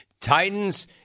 Titans